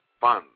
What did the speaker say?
fun